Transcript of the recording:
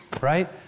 right